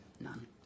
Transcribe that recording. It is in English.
None